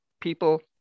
people